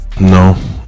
No